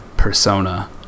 persona